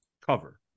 cover